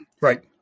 Right